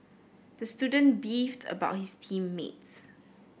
the student beefed about his team mates